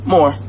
More